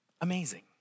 Amazing